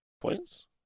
points